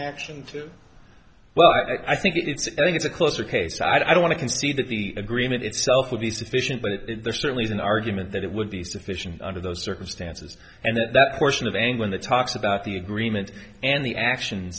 action to well i think it's i think it's a closer case i don't want to concede that the agreement itself would be sufficient but there certainly is an argument that it would be sufficient under those circumstances and the question of and when the talks about the agreement and the action